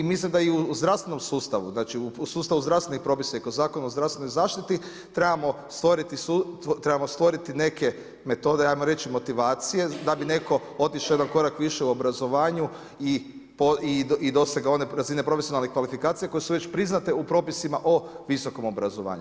I mislim da i u zdravstvenom sustavu, znači u sustavu zdravstvenih propisa i kod Zakona o zdravstvenoj zaštititi trebamo stvoriti neke metode, hajmo reći motivacije da bi netko otišao jedan korak više u obrazovanju i dosegao one razine profesionalnih kvalifikacija koje su već priznate u propisima o visokom obrazovanju.